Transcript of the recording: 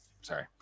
Sorry